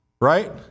right